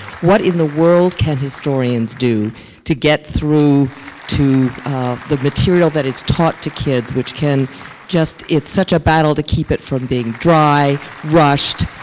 what in the world can historians do to get through to the material that is taught to kids which can just it's such a battle to keep it from being dry, rushed,